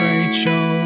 Rachel